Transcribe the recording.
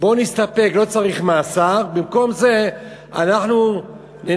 בואו נסתפק, לא צריך מאסר, במקום זה אנחנו ננסה,